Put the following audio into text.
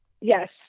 Yes